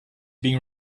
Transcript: being